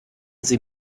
sie